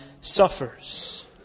suffers